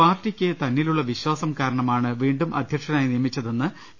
പാർട്ടിക്ക് തന്നിൽ വിശ്വാസം കാരണമാണ് വീണ്ടും അധ്യക്ഷനായി നിയമിച്ചതെന്ന് പി